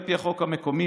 על פי החוק המקומי,